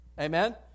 Amen